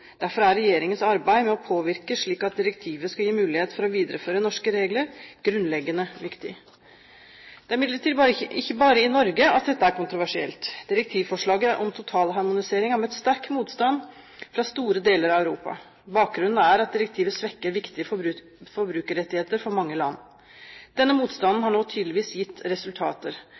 Derfor er regjeringens arbeid med å påvirke slik at direktivet skal gi mulighet for å videreføre norske regler, grunnleggende viktig. Det er imidlertid ikke bare i Norge at dette er kontroversielt. Direktivforslaget om totalharmonisering har møtt sterk motstand fra store deler av Europa. Bakgrunnen er at direktivet svekker viktige forbrukerrettigheter for mange land. Denne motstanden har nå tydeligvis gitt resultater.